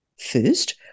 First